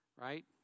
right